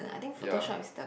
ya